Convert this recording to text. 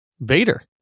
Vader